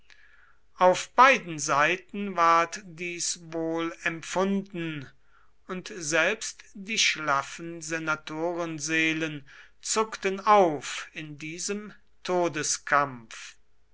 auf beiden seiten ward dies wohl empfunden und selbst die schlaffen senatorenseelen zuckten auf in diesem todeskampf